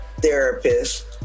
therapist